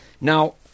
Now